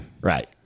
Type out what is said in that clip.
Right